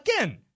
Again